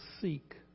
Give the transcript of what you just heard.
seek